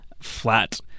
Flat